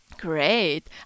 Great